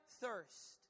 thirst